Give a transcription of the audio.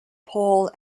pole